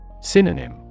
Synonym